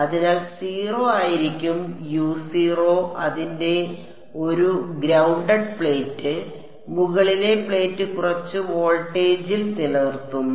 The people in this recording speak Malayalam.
അതിനാൽ 0 ആയിരിക്കും അതിന്റെ ഒരു ഗ്രൌണ്ടഡ് പ്ലേറ്റ് മുകളിലെ പ്ലേറ്റ് കുറച്ച് വോൾട്ടേജിൽ നിലനിർത്തുന്നു